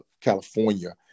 California